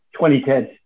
2010